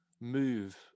move